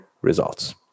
results